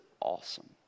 awesome